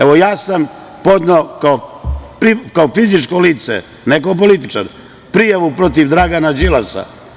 Evo, ja sam podneo kao fizičko lice, ne kao političar, prijavu protiv Dragana Đilasa.